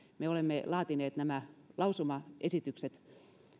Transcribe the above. me olemme laatineet nämä lausumaesitykset